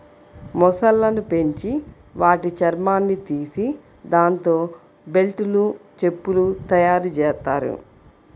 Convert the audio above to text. మొసళ్ళను పెంచి వాటి చర్మాన్ని తీసి దాంతో బెల్టులు, చెప్పులు తయ్యారుజెత్తారు